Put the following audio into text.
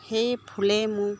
সেই ফুলে মোক